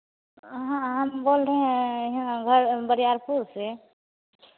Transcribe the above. हाँ हम बोल रहे हैं यहाँ घर बरियारपुर से